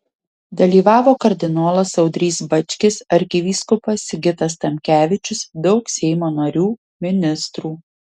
dalyvavo kardinolas audrys bačkis arkivyskupas sigitas tamkevičius daug seimo narių ministrų